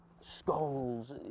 skulls